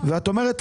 ואת אומרת,